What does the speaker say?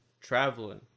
traveling